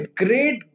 great